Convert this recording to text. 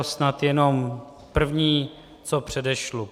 Snad jenom první, co předešlu.